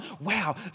Wow